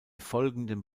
folgenden